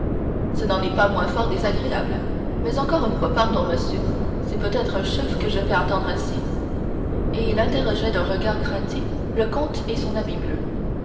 ce n'en est pas moins fort désagréable mais encore une fois pardon monsieur c'est peut-être un chef que je fais attendre ainsi et il interrogeait d'un regard craintif le comte et son habit bleu